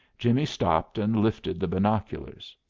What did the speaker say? jimmie stopped and lifted the binoculars.